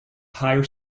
higher